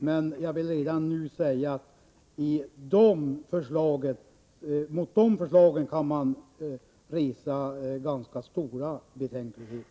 Men jag vill redan nu säga att man mot de förslagen kan resa ganska stora betänkligheter.